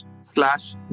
slash